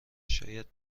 شاید